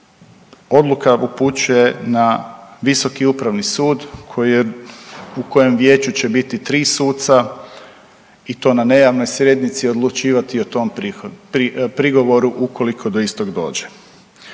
odluka upućuje na Visoki upravni sud u kojem vijeću će biti 3 suca i to na nejavnoj sjednici odlučivati o tom prigovoru ukoliko do istog dođe.